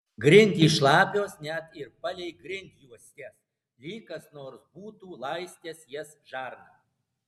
grindys šlapios net ir palei grindjuostes lyg kas nors būtų laistęs jas žarna